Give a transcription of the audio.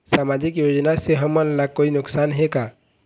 सामाजिक योजना से हमन ला कोई नुकसान हे का?